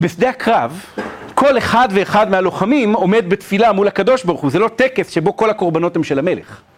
בשדה הקרב כל אחד ואחד מהלוחמים עומד בתפילה מול הקדוש ברוך הוא, זה לא טקס שבו כל הקורבנות הם של המלך